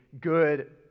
good